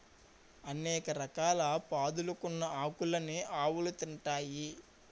అనేక రకాల పాదులుకున్న ఆకులన్నీ ఆవులు తింటాయి